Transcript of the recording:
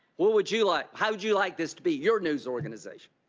what would you like how would you like this to be your news organization?